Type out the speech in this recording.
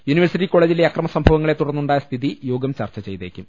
uni varsity കോളജിലെ അക്രമസംഭവങ്ങളെ തുടർന്നുണ്ടായ സ്ഥിതി യോഗം ചർച്ച ചെയ്തേക്കും